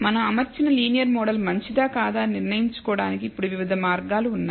మనం అమర్చిన linear model మంచిదా కాదా అని నిర్ణయించుకోవడానికి ఇప్పుడు వివిధ మార్గాలు ఉన్నాయి